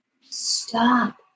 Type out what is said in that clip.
stop